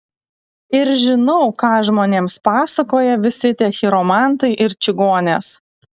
ir žinau ką žmonėms pasakoja visi tie chiromantai ir čigonės